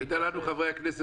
מי נותן לנו סקירה ראשונית